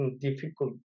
difficult